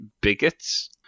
bigots